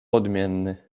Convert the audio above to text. odmienny